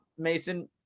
mason